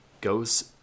goes